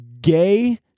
gay